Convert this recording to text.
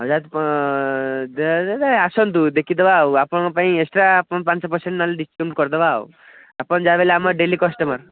ହଜାର ଆସନ୍ତୁ ଦେଖି ଦେବା ଆଉ ଆପଣଙ୍କ ପୀଇଁ ଏକ୍ସଟ୍ରା ପାଞ୍ଚ ପରସେଣ୍ଟ ନ ହେଲେ ଡିସ୍କାଉଣ୍ଟ କରିଦେବା ଆପଣ ଯାହା ହେଲେ ବି ଆମର ଡେଲି କଷ୍ଟମର୍